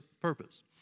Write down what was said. purpose